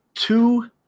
two